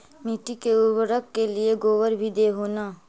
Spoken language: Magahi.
मिट्टी के उर्बरक के लिये गोबर भी दे हो न?